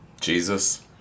Jesus